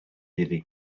iddi